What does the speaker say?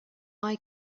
eye